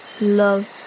love